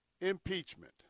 Impeachment